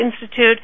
Institute